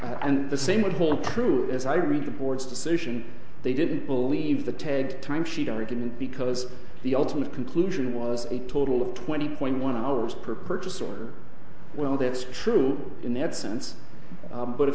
sorry and the same would hold true as i read the board's decision they didn't believe the tag time sheet argument because the ultimate conclusion was a total of twenty point one hours per purchase order well that's true in that sense but if